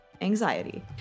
Anxiety